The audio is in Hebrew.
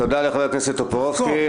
תודה לחבר הכנסת טופורובסקי.